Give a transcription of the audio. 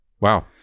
Wow